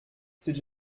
c’est